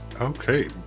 Okay